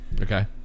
Okay